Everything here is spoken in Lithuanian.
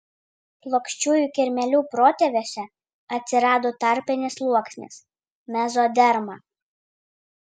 plokščiųjų kirmėlių protėviuose atsirado tarpinis sluoksnis mezoderma